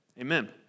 Amen